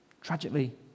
tragically